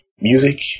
music